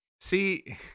See